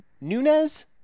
Nunez